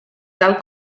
tal